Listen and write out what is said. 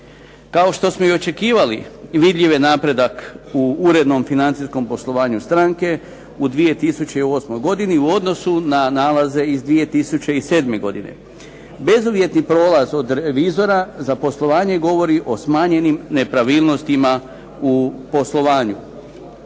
Kao što smo i očekivali vidljiv je napredak u urednom financijskom poslovanju stranke u 2008. godini u odnosu na nalaze iz 2007. godine. Bezuvjetni prolaz od revizora za poslovanje govori o smanjenim nepravilnostima u poslovanju.